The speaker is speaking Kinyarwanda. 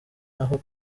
naho